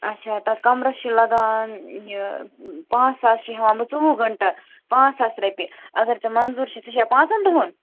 اَچھا تتھ کمبر چھِ لگان یہِ پانٛژھ ساس چھِ ہٮ۪وان ژوٚوُہ گنٛٹہٕ پانٛژساس رۄپیہِ اگر ژےٚ منظوٗر چھُو ژےٚ چھُیا پانٛژن دۄہن